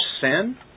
sin